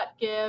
give